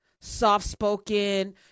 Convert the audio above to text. soft-spoken